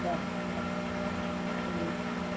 બરાબર હ તો